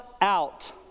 out